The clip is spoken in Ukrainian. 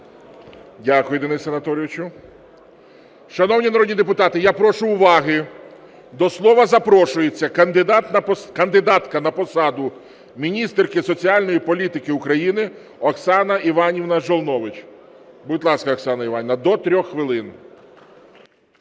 Дякую, Денисе Анатолійовичу. Шановні народні депутати, я прошу уваги, до слова запрошується кандидатка на посаду міністерки соціальної політики України Оксана Іванівна Жолнович. Будь ласка, Оксана Іванівна, до 3 хвилин.